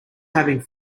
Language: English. having